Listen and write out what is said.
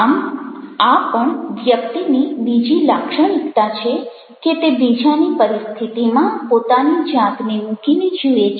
આમ આ પણ વ્યક્તિની બીજી લાક્ષણિકતા છે કે તે બીજાની પરિસ્થિતિમાં પોતાની જાતને મૂકીને જુએ છે